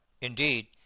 indeed